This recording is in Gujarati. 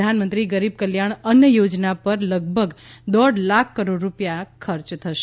પ્રધાનમંત્રી ગ્રામીણ કલ્યાણ અન્ન યોજના પર લગભગ દોઢ લાખ કરોડ રૂપિયા ખર્ચ થશે